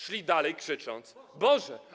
Szli dalej krzycząc: 'Boże!